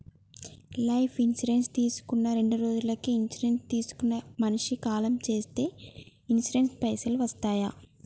Life insurance తీసుకున్న రెండ్రోజులకి insurance తీసుకున్న మనిషి కాలం చేస్తే ఇన్సూరెన్స్ పైసల్ వస్తయా?